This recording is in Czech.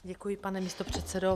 Děkuji, pane místopředsedo.